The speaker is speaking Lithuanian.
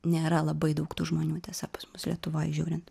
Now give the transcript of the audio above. nėra labai daug tų žmonių tiesa pas mus lietuvoj žiūrint